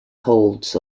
holds